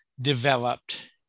developed